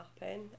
happen